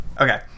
Okay